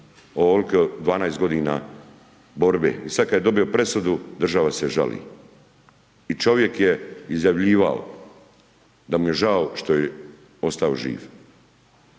ovoliko 12 godina borbe i sada kada je dobio presudu, država se žali i čovjek je izjavljivao da mu je žao što je ostao živ.